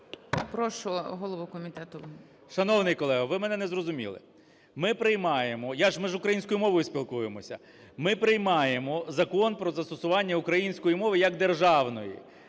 КНЯЖИЦЬКИЙ М.Л. Шановний колего, ви мене не зрозуміли. Ми приймаємо – ми ж українською мовою спілкуємося, - ми приймаємо Закон про застосування української мови як державної,